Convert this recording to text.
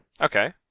Okay